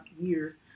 years